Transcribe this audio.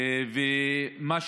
ואם אתה סוגר את הבנק,